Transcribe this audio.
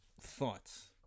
Thoughts